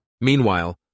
Meanwhile